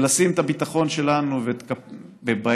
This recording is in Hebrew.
לשים את הביטחון שלנו בידיים